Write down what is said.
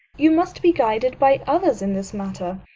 you must be guided by others in this matter.